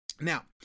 Now